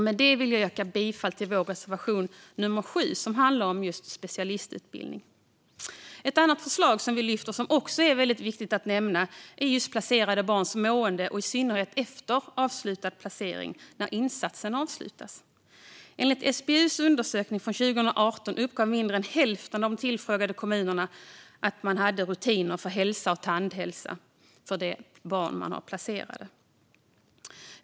Med detta vill jag yrka bifall till reservation 9 under punkt 7 om specialistutbildning. Ett annat förslag vi lyfter fram, och som också är viktigt att nämna, är hur placerade barn mår, i synnerhet efter avslutad placering när insatsen avslutas. Enligt SBU:s undersökning från 2018 uppgav färre än hälften av de tillfrågade kommunerna att de hade rutiner för att följa upp hälsa och tandhälsa hos de placerade barnen.